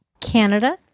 Canada